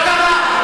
מה קרה?